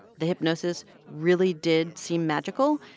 the hypnosis really did seem magical.